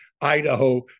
Idaho